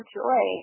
joy